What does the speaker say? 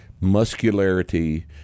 muscularity